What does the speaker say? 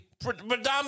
predominantly